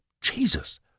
Jesus